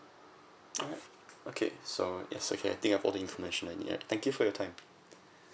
alright okay so it's okay I think I've all the information I need thank you for your time